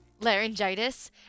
Laryngitis